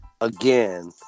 again